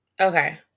okay